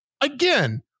Again